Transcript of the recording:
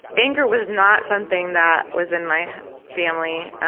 anger was not something that was in my family,